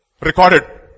recorded